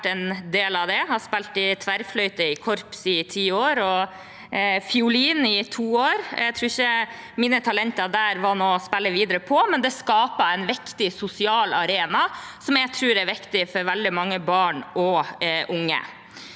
Jeg har spilt tverrfløyte i korps i ti år og fiolin i to år. Jeg tror ikke mine talenter der var noe å spille videre på, men dette skaper en viktig sosial arena som jeg tror er viktig for veldig mange barn og unge.